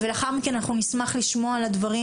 ולאחר מכן אנחנו נשמח לשמוע על הדברים